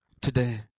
today